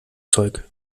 zeug